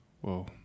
Whoa